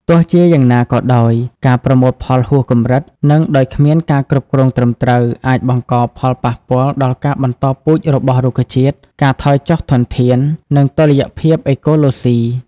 ទោះជាយ៉ាងណាក៏ដោយ ការប្រមូលផលហួសកម្រិត និងដោយគ្មានការគ្រប់គ្រងត្រឹមត្រូវ អាចបង្កផលប៉ះពាល់ដល់ការបន្តពូជរបស់រុក្ខជាតិ ការថយចុះធនធាន និងតុល្យភាពអេកូឡូស៊ី។